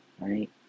Right